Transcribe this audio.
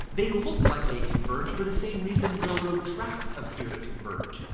they look like they converge for the same reason railroad tracks appear to converge.